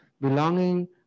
belonging